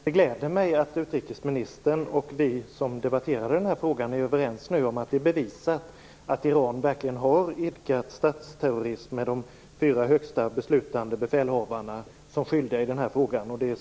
Fru talman! Det gläder mig att utrikesministern och vi som debatterar denna fråga är överens om att det nu är bevisat att Iran verkligen har idkat statsterrorism med de fyra högsta beslutande befälhavarna. Det är